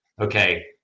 okay